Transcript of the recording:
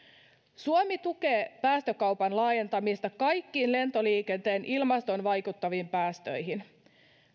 suomi tukee päästökaupan laajentamista kaikkiin lentoliikenteen ilmastoon vaikuttaviin päästöihin